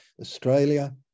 Australia